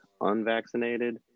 unvaccinated